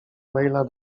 maila